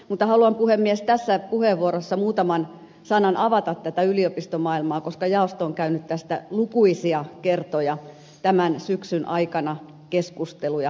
mutta haluan puhemies tässä puheenvuorossa muutaman sanan avata tätä yliopistomaailmaa koska jaosto on käynyt tästä lukuisia kertoja tämän syksyn aikana keskusteluja